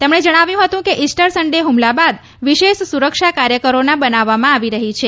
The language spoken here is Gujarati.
તેમણે જણાવ્યું હતું કે ઈસ્ટર સન્ડે હુમલા બાદ વિશેષ સુરક્ષા કાર્યયોજના બનાવવામાં આવી છે